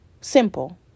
Simple